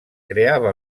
creava